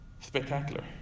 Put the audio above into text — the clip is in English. spectacular